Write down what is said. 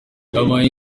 yampaye